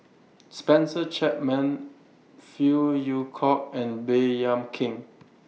Spencer Chapman Phey Yew Kok and Baey Yam Keng